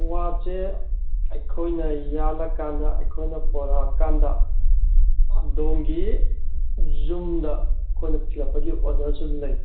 ꯋꯥꯁꯦ ꯑꯩꯈꯣꯏꯅ ꯌꯥꯜꯂꯀꯥꯟꯗ ꯑꯩꯈꯣꯏꯅ ꯄꯣꯔꯛꯑꯀꯥꯟꯗ ꯑꯗꯣꯝꯒꯤ ꯌꯨꯝꯗ ꯑꯩꯈꯣꯏꯅ ꯊꯤꯜꯂꯛꯄꯒꯤ ꯑꯣꯗꯔꯁꯨ ꯂꯩ